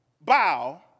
bow